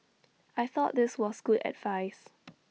I thought this was good advice